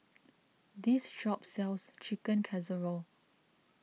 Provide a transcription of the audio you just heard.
this shop sells Chicken Casserole